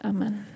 Amen